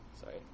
Sorry